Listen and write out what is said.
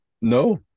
No